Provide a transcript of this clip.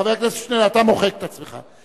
חבר הכנסת שנלר, אתה מוחק את עצמך.